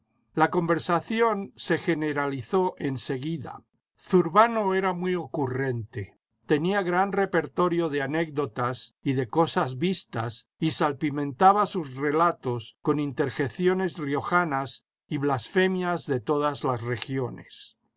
la conversación se generalizó en seguida zurbano era mu ocurrente tenía gran repertorio de anécdotas y de cosas vistas y salpimentaba sus relatos con interjecciones riojanas y blasfemias de todas las regiones